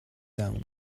down